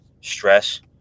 stress